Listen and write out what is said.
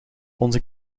onze